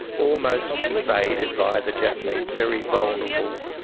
almost invaded by the japanese, very vulnerable.